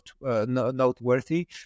noteworthy